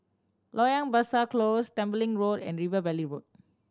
Loyang Besar Close Tembeling Road and River Valley Road